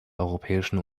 europäischen